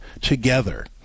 together